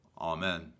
Amen